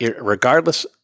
regardless